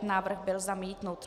Návrh byl zamítnut.